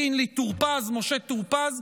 קינלי משה טור פז,